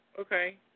Okay